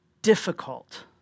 Difficult